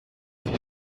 wir